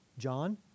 John